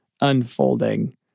unfolding